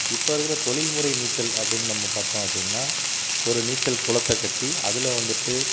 இப்போ இருக்கிற தொழில்முறை நீச்சல் அப்படின்னு நம்ம பார்த்தோம் அப்படின்னா ஒரு நீச்சல் குளத்தை கட்டி அதில் வந்துவிட்டு